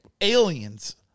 aliens